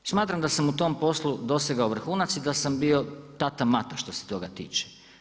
Smatram da sam u tom poslu dosegao vrhunac i da sam bio tata-mata što se toga tiče.